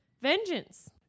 vengeance